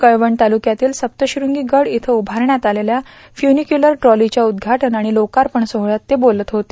कळवण तालुक्यातील सप्तशृंगीगड इथे उभारण्यात आलेल्या फ्युनिक्युलर ट्रॉसीच्या उद्याटन आणि लोकार्पण सोहळ्यात ते बोलत होते